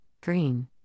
Green